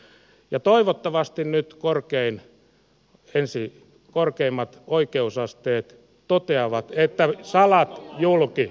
ja toivottavasti nyt korkeimmat oikeusasteet toteavat että salat julki